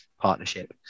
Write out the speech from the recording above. partnership